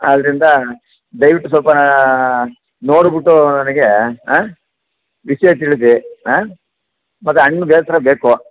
ಆದ್ದರಿಂದ ದಯವಿಟ್ಟು ಸ್ವಲ್ಪ ನೋಡ್ಬಿಟ್ಟು ನನಗೆ ಆಂ ವಿಷಯ ತಿಳಿಸಿ ಆಂ ಮತ್ತು ಹಣ್ ಬೇಕೇ ಬೇಕು